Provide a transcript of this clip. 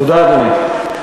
תודה, אדוני.